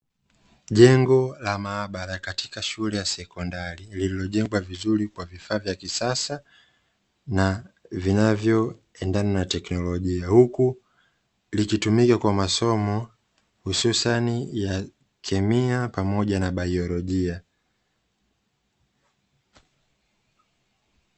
Jengo la maabara katika shule ya sekondari lililojengwa vizuri kwa vifaa vya kisasa na vinavyoendana na teknolojia, huku likitumika kwa masomo hususani ya kemia pamoja na biolojia.